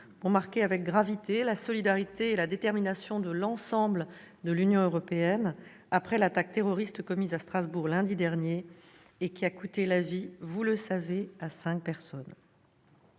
pour marquer avec gravité la solidarité et la détermination de l'ensemble de l'Union européenne après l'attaque terroriste commise à Strasbourg lundi dernier et qui a coûté la vie, vous le savez, à cinq personnes.